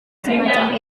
semacam